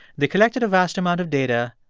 they collected a vast amount of data,